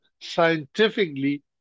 scientifically